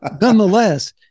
Nonetheless